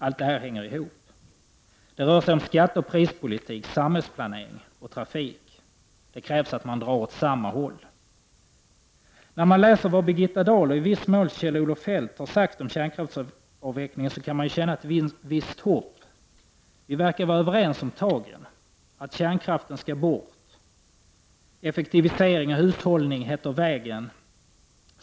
Allt detta hänger ihop. Det rör sig om skatteoch prispolitik, samhällsplanering och trafik. Det krävs att man drar åt samma håll. När man läser vad Birgitta Dahl och i viss mån Kjell-Olof Feldt har sagt om kärnkraftsavvecklingen kan man känna ett visst hopp. Vi verkar vara överens om tagen: Kärnkraften skall bort. Effektivisering och hushållning heter vägen.